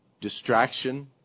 distraction